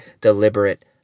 deliberate